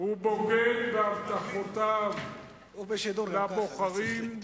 הוא בוגד בהבטחותיו לבוחרים,